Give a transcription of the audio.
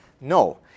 No